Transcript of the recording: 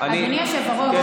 אדוני היושב-ראש,